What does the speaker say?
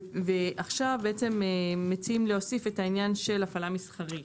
ועכשיו מציעים להוסיף את העניין של הפעלה מסחרית.